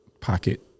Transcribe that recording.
pocket